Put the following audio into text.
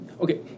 okay